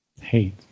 Hate